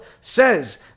says